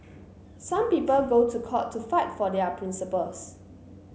some people go to court to fight for their principles